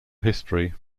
history